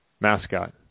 mascot